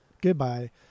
Goodbye